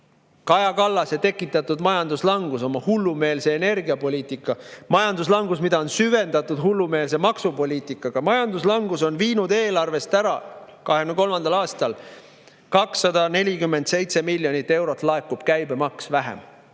Kaja Kallase tekitatud majanduslangus hullumeelse energiapoliitikaga, majanduslangus, mida on süvendatud hullumeelse maksupoliitikaga – on viinud eelarvest ära 2023. aastal 247 miljonit eurot. Nii palju laekub käibemaksu vähem.